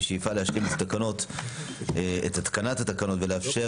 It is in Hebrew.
וזאת בשאיפה להשלים את התקנת התקנות ולאפשר